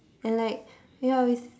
and like ya with